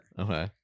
Okay